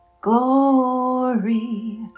glory